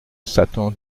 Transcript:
satan